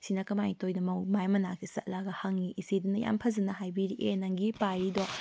ꯁꯤꯅ ꯀꯃꯥꯏꯅ ꯇꯧꯔꯤꯅꯣ ꯃꯥꯒꯤ ꯃꯅꯥꯛꯁꯦ ꯆꯠꯂꯒ ꯍꯪꯏ ꯏꯆꯦꯗꯨꯅ ꯌꯥꯝ ꯐꯖꯅ ꯍꯥꯏꯕꯤꯔꯤ ꯑꯦ ꯅꯪꯒꯤ ꯄꯥꯏꯔꯤꯗꯣ